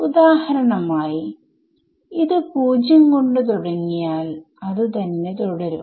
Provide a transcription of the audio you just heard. ഉദാഹരണമായി ഇത് 0 കൊണ്ട് തുടങ്ങിയാൽ അത് തന്നെ തുടരും